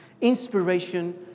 inspiration